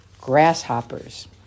grasshoppers